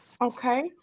Okay